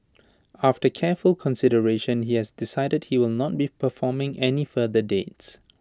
after careful consideration he has decided he will not be performing any further dates